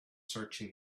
searching